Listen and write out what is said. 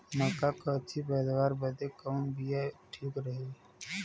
मक्का क अच्छी पैदावार बदे कवन बिया ठीक रही?